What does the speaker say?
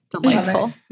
Delightful